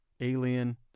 Alien